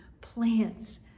plants